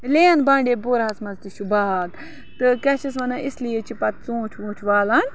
لین بانڈی پوراہَس منٛز تہِ چھُ باغ تہٕ کیٛاہ چھِس انان اِسلیے چھِ پَتہٕ ژوٗنٛٹھۍ ووٗنٛٹھۍ والان